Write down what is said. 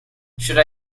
should